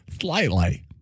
slightly